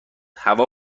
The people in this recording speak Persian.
هوا